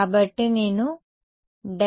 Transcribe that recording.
కాబట్టి నేను ∇